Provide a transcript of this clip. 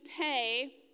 pay